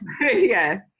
yes